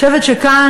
אני חושבת שכאן,